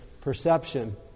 perception